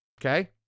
Okay